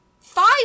five